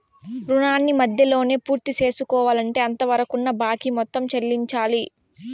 రుణాన్ని మధ్యలోనే పూర్తిసేసుకోవాలంటే అంతవరకున్న బాకీ మొత్తం చెల్లించాలి